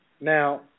Now